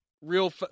real